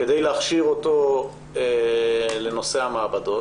כדי להכשיר אותו לנושא המעבדות.